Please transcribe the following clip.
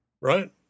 right